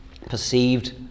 perceived